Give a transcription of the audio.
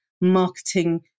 marketing